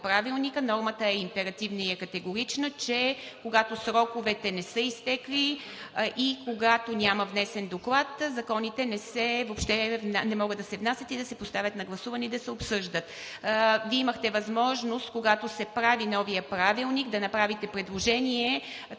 нормата е императивна и категорична, че когато сроковете не са изтекли и когато няма внесен доклад, законите въобще не могат да се внасят и да се поставят на гласуване и да се обсъждат. Вие имахте възможност, когато се прави новият Правилник, да направите предложение